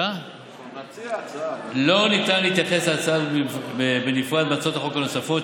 לא ניתן להתייחס להצעה זו בנפרד מהצעות החוק הנוספת,